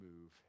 move